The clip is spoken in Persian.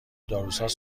داروساز